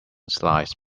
slides